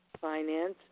finance